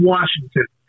Washington